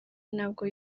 ntabwo